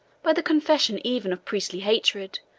by the confession even of priestly hatred,